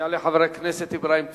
יעלה חבר הכנסת אברהים צרצור,